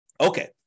Okay